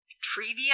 Trivia